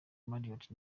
marriot